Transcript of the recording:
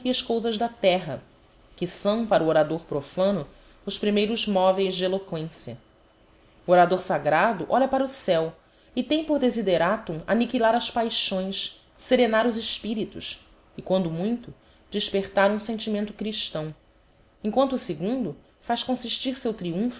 cousas da terra que são para o orador profano os primeiros moveis de eloquência o orador sagrado olha para o céu e tem por desideratum anniquilar as paixões serenar os espirites e quando muito despertar um sentimento christão em quanto o segundo faz consistir seu triumpho